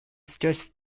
suggests